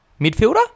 midfielder